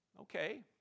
Okay